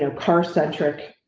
um car centric.